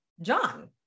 John